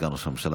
סגן ראש הממשלה,